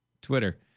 Twitter